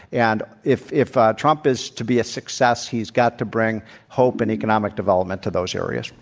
and if if trump is to be a success, he's got to bring hope and economic development to those areas.